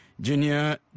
Junior